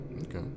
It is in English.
Okay